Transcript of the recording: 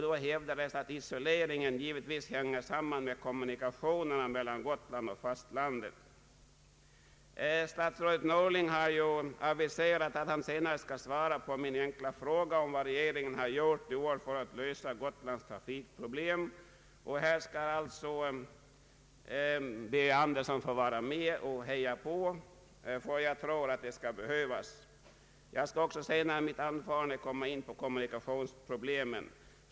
Då hävdade jag att isoleringen givetvis hänger samman med kommunikationerna mellan Gotland och fastlandet. Statsrådet Norling har aviserat att han senare ämnar svara på min enkla fråga om vad regeringen har gjort för att lösa Gotlands trafikproblem. Då skall herr Andersson få vara med och heja på — jag tror att det kommer att behövas. Jag kommer även senare i mitt anförande att beröra kommunikationsproblemen.